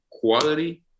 quality